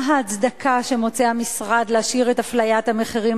מה ההצדקה שמוצא המשרד להשאיר את אפליית המחירים